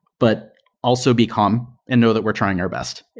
but also be calm and know that we're trying our best.